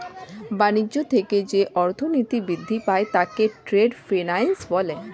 বাণিজ্য থেকে যে অর্থনীতি বৃদ্ধি পায় তাকে ট্রেড ফিন্যান্স বলে